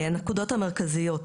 הנקודות המרכזיות.